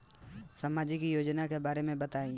सामाजिक योजना के बारे में बताईं?